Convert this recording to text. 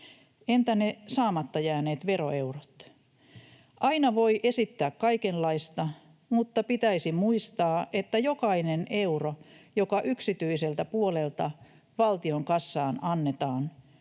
entä ne saamatta jääneet veroeurot? Aina voi esittää kaikenlaista, mutta pitäisi muistaa, että jokainen euro, joka yksityiseltä puolelta valtionkassaan annetaan,